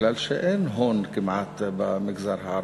כי אין הון כמעט במגזר הערבי.